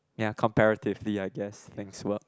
ya comparatively I guess things work